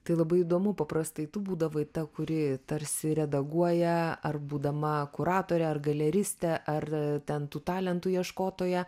tai labai įdomu paprastai tu būdavai ta kuri tarsi redaguoja ar būdama kuratore ar galeriste ar ten tų talentų ieškotoja